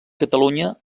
catalunya